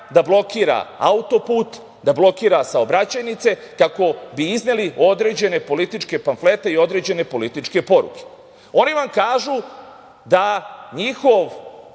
da blokira autoput, da blokira saobraćajnice, kako bi izneli određene političke pamflete i određene političke poruke? Oni vam kažu da je njihov